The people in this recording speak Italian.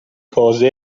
cose